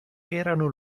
erano